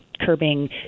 curbing